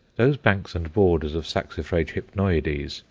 those banks and borders of saxifraga hypnoides,